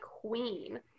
queen